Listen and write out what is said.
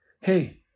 hey